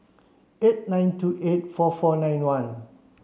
eight nine two eight four four nine one